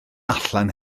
allan